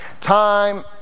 Time